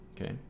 okay